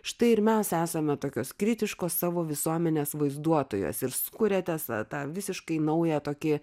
štai ir mes esame tokios kritiškos savo visuomenės vaizduotojos ir sukuria tiesa tą visiškai naują tokie